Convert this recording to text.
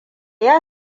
ya